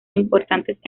importantes